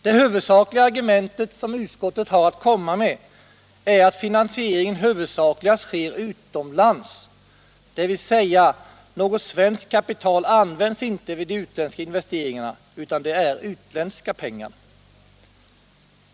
Det huvudsakliga argument som utskottet har att komma med är att finansieringen till största delen sker utomlands, dvs. att något svenskt kapital inte används vid de utländska investeringarna utan att det är utländska pengar.